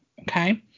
okay